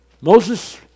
Moses